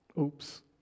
oops